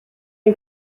ein